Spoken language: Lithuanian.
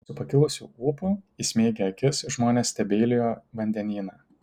su pakilusiu ūpu įsmeigę akis žmonės stebeilijo vandenyną